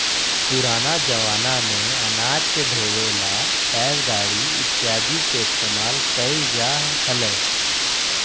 पुराना जमाना में अनाज के ढोवे ला बैलगाड़ी इत्यादि के इस्तेमाल कइल जा हलय